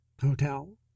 hotel